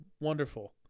Wonderful